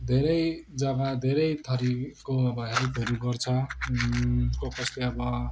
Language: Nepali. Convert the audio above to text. धेरै जग्गा धेरै थरिको अब हेल्पहरू गर्छ क कसले अब